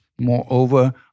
moreover